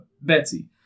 Betsy